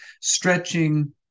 stretching